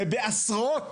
בעשרות,